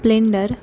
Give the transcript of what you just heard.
splendor